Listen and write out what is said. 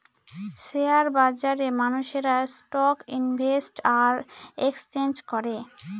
share বাজারে মানুষেরা stock invest আর এক্সচেঞ্জ করে